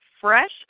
fresh